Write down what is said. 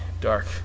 dark